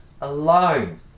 alone